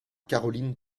caroline